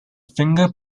finger